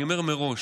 אני אומר מראש: